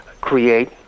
create